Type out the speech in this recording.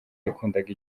yakundaga